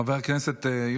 חבר הכנסת יוסף